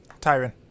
Tyron